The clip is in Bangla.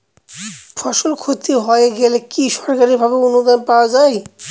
ফসল ক্ষতি হয়ে গেলে কি সরকারি ভাবে অনুদান পাওয়া য়ায়?